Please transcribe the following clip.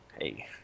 hey